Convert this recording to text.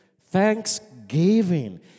Thanksgiving